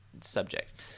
subject